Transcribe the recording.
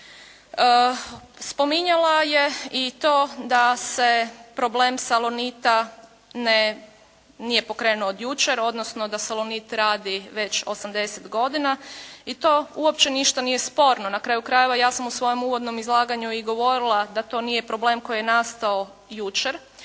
Spominjala je i to da se problem Salonita nije pokrenuo od jučer, odnosno da Salonit radi već 80 godina i to uopće ništa nije sporno na kraju krajeva, ja sam u svojem uvodnom izlaganju govorila da to nije problem koji je nastao jučer,